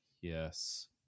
Yes